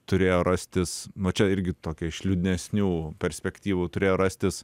turėjo rastis mat čia irgi tokia iš liūdnesnių perspektyvų turėjo rastis